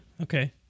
okay